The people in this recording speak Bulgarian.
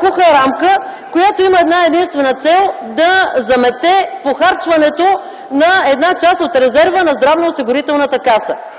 куха рамка, която има една-единствена цел – да замете похарчването на една част от резерва на Здравноосигурителната каса.